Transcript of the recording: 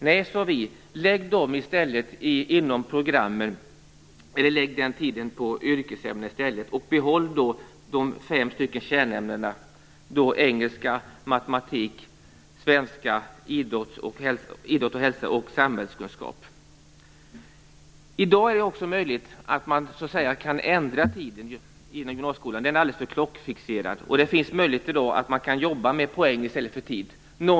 Nej sade vi, lägg i stället den tiden på yrkesämnena och behåll de fem kärnämnena engelska, matematik, svenska, idrott och hälsa och samhällskunskap. I dag är det också möjligt att ändra tiden inom gymnasieskolan. Den har varit alldeles för klockfixerad. I dag finns möjligheten att jobba med poäng i stället för med tid.